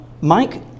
Mike